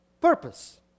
purpose